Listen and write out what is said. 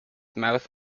mouth